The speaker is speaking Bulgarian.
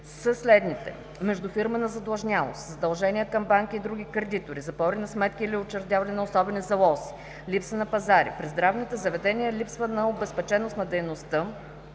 са следните: междуфирмена задлъжнялост; задължения към банки и други кредитори; запори на сметки или учредяване на особени залози; липса на пазари; при здравните заведения – липса на обезпеченост на дейността